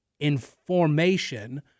Information